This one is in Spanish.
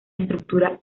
estructura